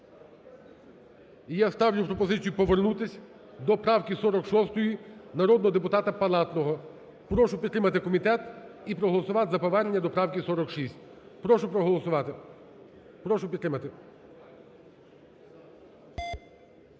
я ставлю пропозицію повернутись до правки 46 народного депутата Палатного. Прошу підтримати комітет і проголосувати за повернення до правки 46. Прошу проголосувати, прошу підтримати.